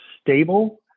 stable